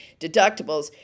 deductibles